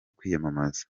kwiyamamaza